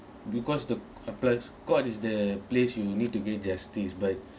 because the court is the place you need to give justice but